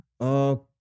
Okay